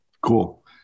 Cool